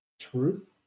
truth